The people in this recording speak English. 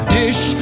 dish